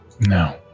No